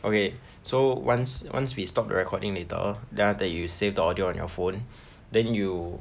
okay so once once we stopped recording later then after that you save the audio on your phone then you